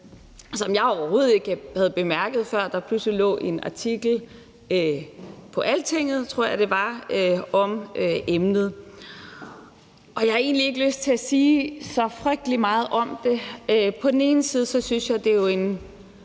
som jeg overhovedet ikke havde bemærket, før der pludselig lå en artikel på Altinget, tror jeg det var, om emnet. Jeg har egentlig ikke lyst til at sige så frygtelig meget om det. På den ene side synes jeg, at det